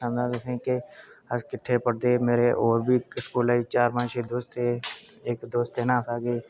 मार पेई सोटियें कन्नै स्कूलै च मास्टर कोला आखन लगा पंगा करदेओ बदमाशो जंगलें च फिरदे ओ जे करदे ओवो करदेओ मार पेई